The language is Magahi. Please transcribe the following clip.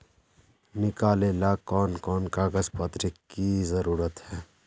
निकाले ला कोन कोन कागज पत्र की जरूरत है?